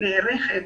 נערכים